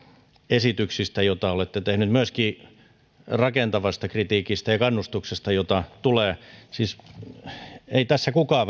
esityksistä joita olette tehneet myöskin rakentavasta kritiikistä ja kannustuksesta jota tulee ei tässä kukaan